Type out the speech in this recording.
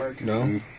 No